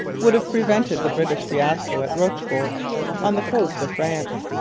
would have prevented the british fiasco at rochefort on the coast of france.